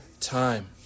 time